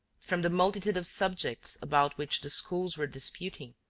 from the multitude of subjects about which the schools were disputing,